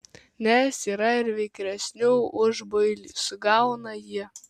nes yra ir vikresnių už builį sugauna ji